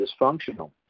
dysfunctional